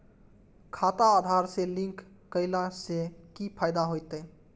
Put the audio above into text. खाता आधार से लिंक केला से कि फायदा होयत?